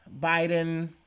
Biden